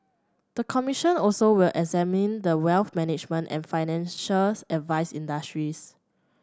the commission also will examine the wealth management and financial advice industries